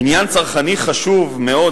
עניין צרכני חשוב מאוד,